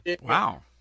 Wow